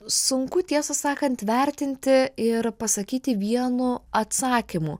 sunku tiesą sakant vertinti ir pasakyti vienu atsakymu